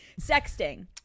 sexting